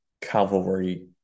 cavalry